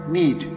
need